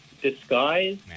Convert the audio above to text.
disguise